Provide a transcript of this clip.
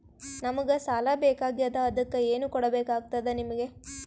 ನಮಗ ಸಾಲ ಬೇಕಾಗ್ಯದ ಅದಕ್ಕ ಏನು ಕೊಡಬೇಕಾಗ್ತದ ನಿಮಗೆ?